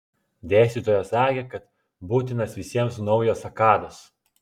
dėstytojas sakė kad būtinas visiems naujas akadas